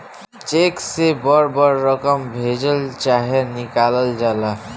check से बड़ बड़ रकम भेजल चाहे निकालल जाला